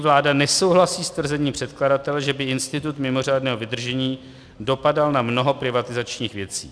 Vláda nesouhlasí s tvrzením předkladatele, že by institut mimořádného vydržení dopadal na mnoho privatizačních věcí.